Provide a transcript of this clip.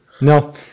No